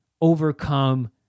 overcome